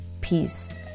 peace